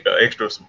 extra